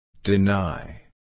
Deny